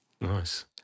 Nice